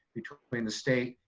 between the state,